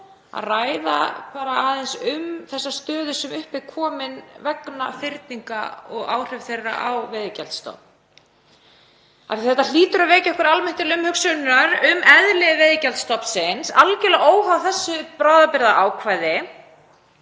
að ræða aðeins þá stöðu sem upp er komin vegna fyrninga og áhrifa þeirra á veiðigjaldsstofn. Þetta hlýtur að vekja okkur almennt til umhugsunar um eðli veiðigjaldsstofnsins algerlega óháð þessu bráðabirgðaákvæði.